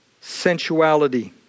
sensuality